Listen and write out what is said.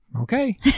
Okay